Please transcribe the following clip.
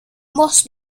must